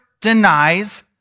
denies